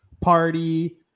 party